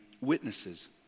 witnesses